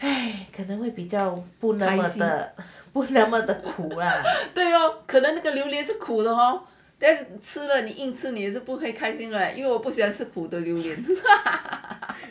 eh 可能会比较不 nice 不那么的苦 lah